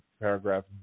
paragraph